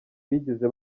bigeze